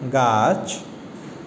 गाछ